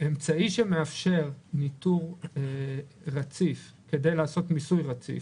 אמצעי שמאפשר ניטור רציף כדי לעשות מיסוי רציף,